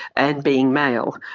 and being male,